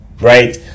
right